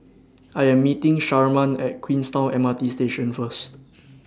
I Am meeting Sharman At Queenstown M R T Station First